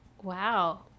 wow